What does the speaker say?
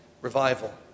revival